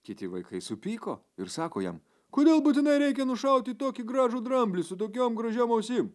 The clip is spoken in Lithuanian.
kiti vaikai supyko ir sako jam kodėl būtinai reikia nušauti tokį gražų dramblį su tokiom gražiom ausim